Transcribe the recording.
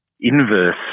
inverse